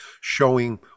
showing